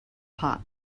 pot